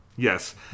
Yes